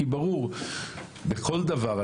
כי ברור בכל דבר,